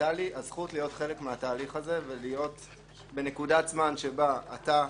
היתה לי הזכות להיות חלק מהתהליך הזה ולהיות בנקודת זמן שבה אתה,